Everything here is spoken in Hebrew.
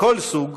מכל סוג,